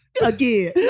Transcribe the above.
again